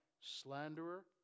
Slanderer